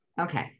Okay